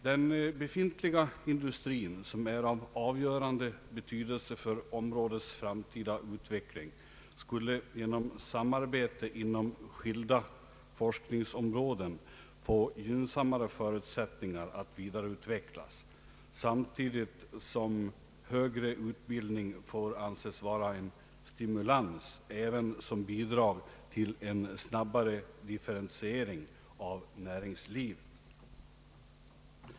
Den befintliga industrin, som är av avgörande betydelse för områdets framtida utveckling, skulle genom samarbete inom skilda forskningsområden få gynnsammare förutsättningar att vida reutvecklas, samtidigt som högre utbildning måste anses vara en stimulans ävensom ett bidrag till en snabbare differentiering av näringslivet.